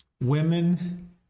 women